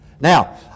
Now